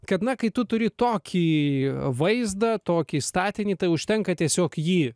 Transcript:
kad na kai tu turi tokį vaizdą tokį statinį tai užtenka tiesiog jį